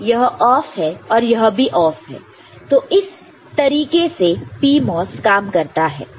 यह ऑफ है और यह भी ऑफ है तो इस तरीके से PMOS काम करता है